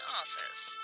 office